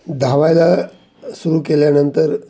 धावायला सुरू केल्यानंतर